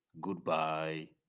goodbye